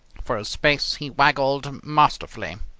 for a space he waggled masterfully,